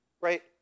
right